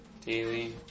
daily